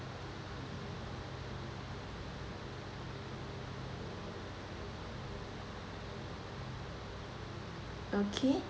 okay